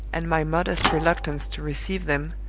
and my modest reluctance to receive them,